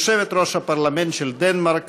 יושבת-ראש הפרלמנט של דנמרק,